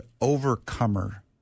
overcomer